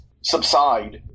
subside